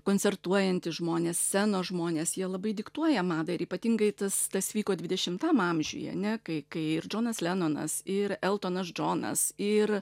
koncertuojantys žmonės scenos žmonės jie labai diktuoja madą ir ypatingai tas tas vyko dvidešimtam amžiuje ane kai kai ir džonas lenonas ir eltonas džonas ir